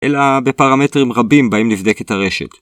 אלא בפרמטרים רבים בהם נבדקת הרשת.